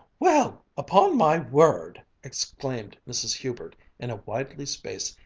well, upon my word! exclaimed mrs. hubert, in a widely spaced,